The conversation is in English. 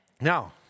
Now